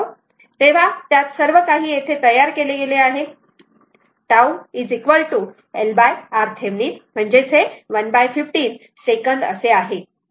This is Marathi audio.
तेव्हा त्यात सर्वकाही येथे तयार केले गेले आहे τ LRThevenin तर 115 सेकंद आहे